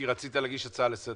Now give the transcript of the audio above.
רצית להגיש הצעה לסדר.